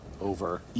over